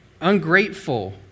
Ungrateful